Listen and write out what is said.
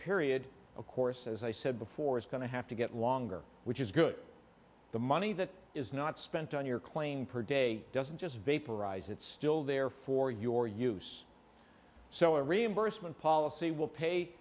period of course as i said before is going to have to get longer which is good the money that is not spent on your claim per day doesn't just vaporize it's still there for your use so a reimbursement policy will pay